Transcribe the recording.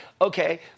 Okay